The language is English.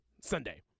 sunday